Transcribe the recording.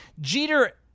Jeter